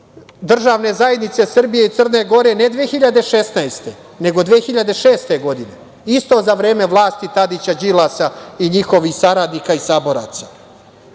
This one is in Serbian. Državne zajednice Srbije i Crne Gore ne 2016, nego 2006. godine, isto za vreme vlasti Tadića, Đilasa i njihovih saradnika i